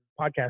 podcast